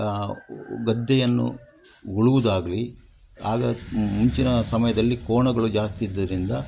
ಗದ್ದೆಯನ್ನು ಉಳುವುದಾಗಲಿ ಆಗ ಮುಂಚಿನ ಸಮಯದಲ್ಲಿ ಕೋಣಗಳು ಜಾಸ್ತಿ ಇದ್ದುದರಿಂದ